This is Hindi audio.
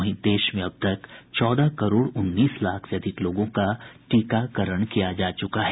वहीं देश में अब तक चौदह करोड़ उन्नीस लाख से अधिक लोगों का टीकाकरण किया जा चुका है